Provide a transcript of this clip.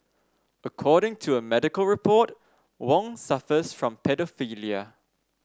according to a medical report Wong suffers from paedophilia